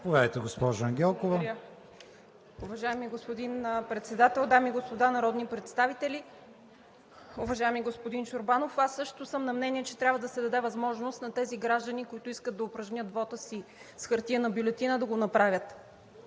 Заповядайте, госпожо Ангелкова.